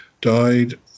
died